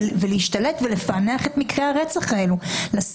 להשתלט ולפענח את מקרי הרצח האלו ולמען הביטחון